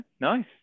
nice